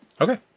Okay